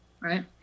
right